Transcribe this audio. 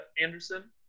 Anderson